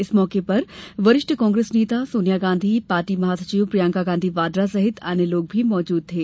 इस मौके पर वरिष्ठ कांग्रेस नेता सोनिया गांधी पार्टी महासचिव प्रियंका गांधी वाड्रा सहित अन्य लोग भी मौजूद थे